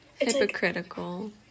hypocritical